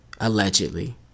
Allegedly